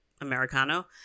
Americano